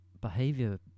behavior